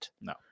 No